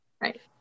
right